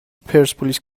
پرسپولیس